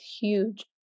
huge